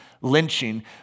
lynching